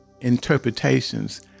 interpretations